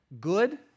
good